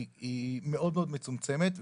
היא מאוד מצומצמת.